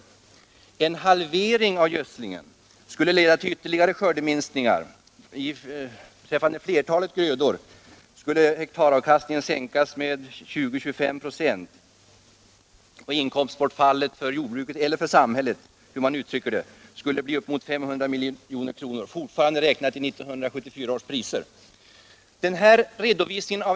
En halvering av gödslingen skulle leda till ytterligare skördeminskningar. För flertalet grödor skulle hektaravkastningen sänkas med 20-25 96. Inkomstbortfallet för jordbruket — eller för samhället, om man vill uttrycka det så — skulle bli uppemot 500 milj.kr. räknat i 1974 års priser.